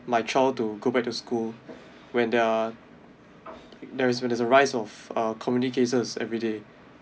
my child to go back to school when the there's when there's a rise of uh community cases everyday